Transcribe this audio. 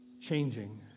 changing